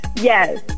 Yes